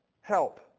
Help